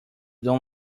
don’t